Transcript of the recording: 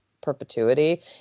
perpetuity